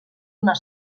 donar